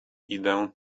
idę